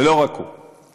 ולא רק הוא.